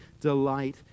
delight